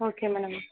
okay madam